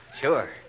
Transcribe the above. Sure